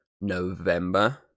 November